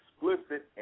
Explicit